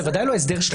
זה ודאי לא הסדר שלילי.